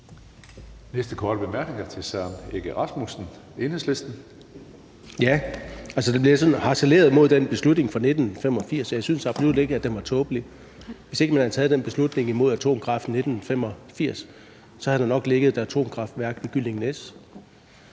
Næste korte bemærkning er til hr. Søren Egge Rasmussen, Enhedslisten. Kl. 11:59 Søren Egge Rasmussen (EL): Der bliver harceleret mod den beslutning fra 1985, og jeg synes absolut ikke, at den var tåbelig. Hvis ikke man havde taget den beslutning imod atomkraft i 1985, havde der nok ligget et atomkraftværk ved Gyllingnæs.